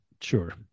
sure